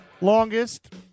longest